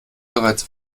bereits